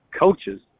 coaches